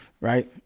right